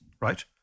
right